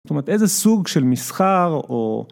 זאת אומרת איזה סוג של מסחר או